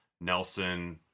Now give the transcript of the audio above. Nelson